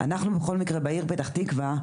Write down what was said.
אנחנו בכל מקרה בעיר פתח תקווה,